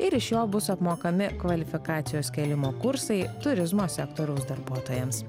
ir iš jo bus apmokami kvalifikacijos kėlimo kursai turizmo sektoriaus darbuotojams